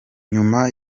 nyuma